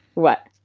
what?